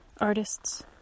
artists